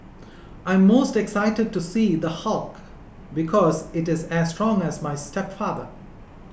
I'm most excited to see The Hulk because it is as strong as my stepfather